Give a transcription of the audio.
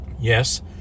Yes